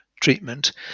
treatment